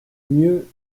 mieux